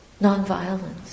nonviolence